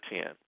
ten